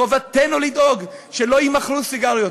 חובתנו לדאוג שלא יימכרו סיגריות.